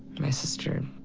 my sister.